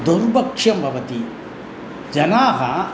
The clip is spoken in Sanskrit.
दुर्भिक्षं भवति जनाः